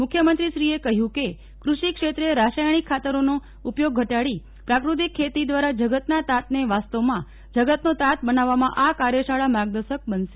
મુખ્યમંત્રીશ્રીએ કહ્યું કે કૃષિ ક્ષેત્રે રાસાયક્ષિક ખાતરોનો ઉપયોગ ઘટાડી પ્રાકૃતિક ખેતી દ્વારા જગતના તાતને વાસ્તવમાં જગતનો તાત બનાવવામાં આ કાર્યશાળા માર્ગદર્શક બનશે